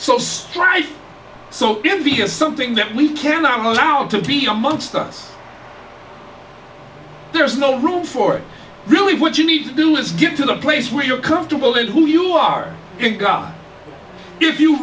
so strife so give us something that we cannot allow it to be amongst us there is no room for it really what you need to do is get to the place where you're comfortable in who you are in god if you